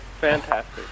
fantastic